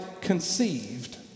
conceived